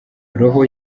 roho